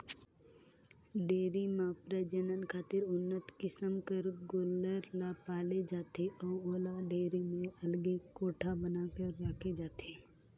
dairy में प्रजनन खातिर उन्नत किसम कर गोल्लर ल पाले जाथे अउ ओला डेयरी में अलगे कोठा बना कर राखे जाथे